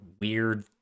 weird